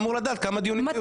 אמור לדעת כמה דיונים היו.